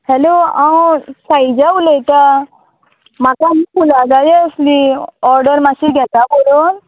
hello अय साईजा उलयतां म्हाका आमी फुला जाली आसली ऑर्डर मातशी घेता बरोवन